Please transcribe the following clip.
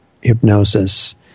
hypnosis